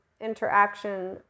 interaction